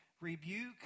rebuke